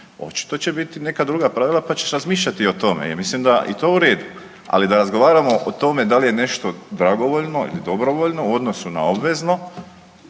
očito će biti neka druga pravila pa ćeš razmišljati o tome jer mislim da je to u redu, ali da razgovaramo o tome da li je nešto dragovoljno ili dobrovoljno u odnosu na obvezno,